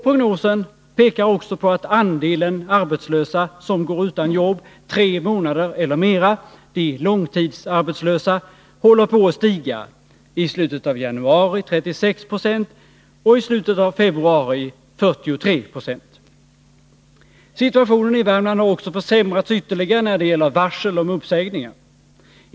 Prognosen pekar också på att andelen arbetslösa som går utan jobb tre månader eller mera, de långtidsarbetslösa, håller på att stiga. I slutet av januari var den andelen 36 96 och i slutet av februari 43 96. Situationen i Värmland har försämrats ytterligare när det gäller varsel om uppsägningar.